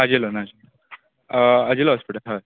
आजिलोन आजिलोन आजिलो हॉस्पिटल हय